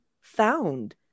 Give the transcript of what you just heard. found